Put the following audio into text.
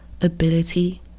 ability